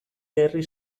herri